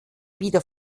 wieder